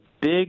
big